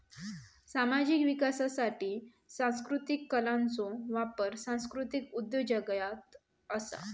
सामाजिक विकासासाठी सांस्कृतीक कलांचो वापर सांस्कृतीक उद्योजगता असा